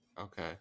Okay